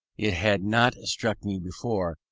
it had not struck me before,